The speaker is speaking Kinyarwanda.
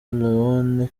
leone